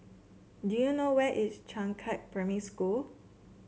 do you know where is Changkat Primary School